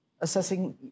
assessing